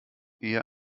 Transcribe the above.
eher